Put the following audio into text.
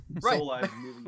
Right